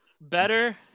better